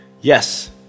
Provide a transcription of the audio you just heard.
Yes